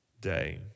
day